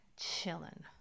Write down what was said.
Chilling